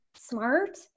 smart